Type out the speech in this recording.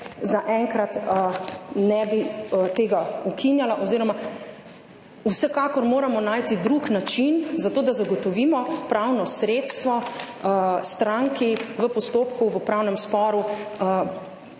zaenkrat ne bi tega ukinjala oziroma vsekakor moramo najti drug način za to, da zagotovimo pravno sredstvo stranki v postopku v upravnem sporu,